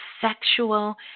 sexual